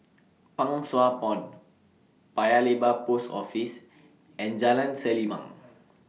Pang Sua Pond Paya Lebar Post Office and Jalan Selimang